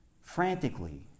frantically